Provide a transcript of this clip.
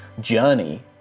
journey